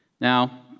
Now